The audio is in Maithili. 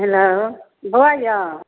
हँ हेलो बौआ यौ